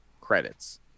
credits